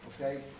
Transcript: okay